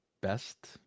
best